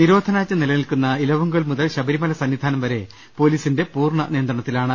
നിരോധനാജ്ഞ നിലനിൽക്കുന്ന ഇലവുങ്കൽ മുതൽ ശബരിമല സന്നിധാനം വരെ പൊലീസിന്റെ പൂർണ്ണ നിയന്ത്രണത്തിലാണ്